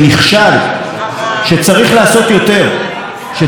שצריך לעשות יותר, שצריך לעשות אחרת.